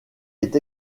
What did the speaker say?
est